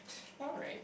alright